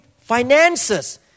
finances